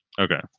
Okay